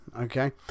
Okay